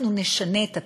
אנחנו נשנה את התצהיר,